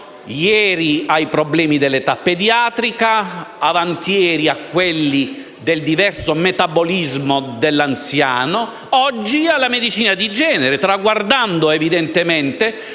ieri ai problemi dell'età pediatrica, avant'ieri a quelli del diverso metabolismo dell'anziano, oggi alla medicina di genere, traguardando evidentemente